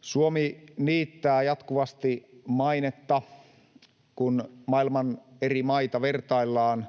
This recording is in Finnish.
Suomi niittää jatkuvasti mainetta, kun maailman eri maita vertaillaan.